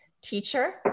teacher